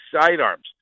sidearms